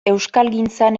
euskalgintzan